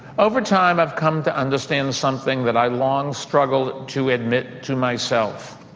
over time, i've come to understand something that i long struggled to admit to myself.